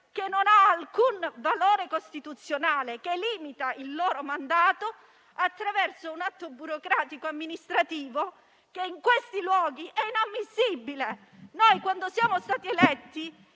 che non ha alcun valore costituzionale e limita il loro mandato attraverso un atto burocratico amministrativo che in questi luoghi è inammissibile. Quando siamo stati eletti,